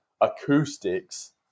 acoustics